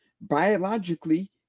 Biologically